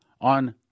on